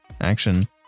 action